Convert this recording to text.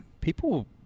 people